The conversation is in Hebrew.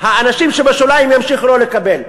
האנשים שבשוליים ימשיכו לא לקבל,